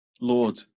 Lord